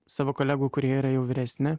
savo kolegų kurie yra jau vyresni